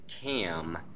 cam